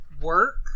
work